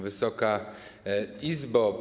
Wysoka Izbo!